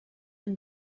and